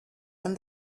and